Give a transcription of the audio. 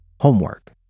homework